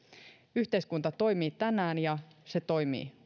yhteiskunta toimii tänään ja se toimii